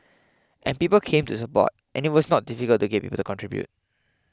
and people came to support and it was not difficult to get people to contribute